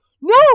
no